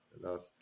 last